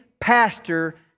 pastor